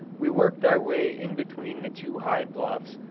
we worked our way in between the two high bluffs,